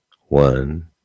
One